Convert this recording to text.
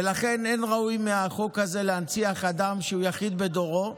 ולכן אין ראוי מהחוק הזה להנציח אדם שהוא יחיד בדורו.